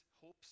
hopes